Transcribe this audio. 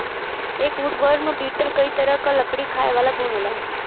एक woodworm beetle कई तरह क लकड़ी खायेवाला घुन होला